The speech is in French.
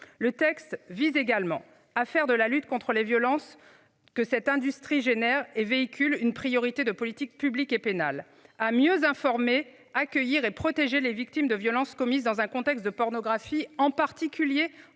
le texte vise également à faire de la lutte contre les violences que cette industrie génère et véhicule une priorité de politique publique et pénales à mieux informer accueillir et protéger les victimes de violences commises dans un contexte de pornographie en particulier